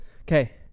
okay